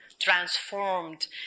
transformed